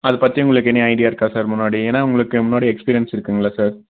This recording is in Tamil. அதைப் பற்றி உங்களுக்கு எனி ஐடியா இருக்கா சார் முன்னாடி ஏன்னால் உங்களுக்கு முன்னாடி எக்ஸ்பீரியன்ஸ் இருக்குதுங்களா சார்